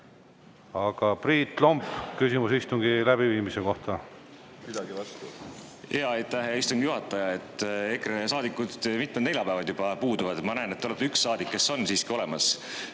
Aga Priit Lomp, küsimus istungi läbiviimise kohta.